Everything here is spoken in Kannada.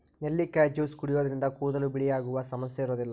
ನೆಲ್ಲಿಕಾಯಿ ಜ್ಯೂಸ್ ಕುಡಿಯೋದ್ರಿಂದ ಕೂದಲು ಬಿಳಿಯಾಗುವ ಸಮಸ್ಯೆ ಇರೋದಿಲ್ಲ